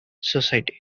society